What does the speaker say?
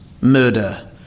murder